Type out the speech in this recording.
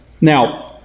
Now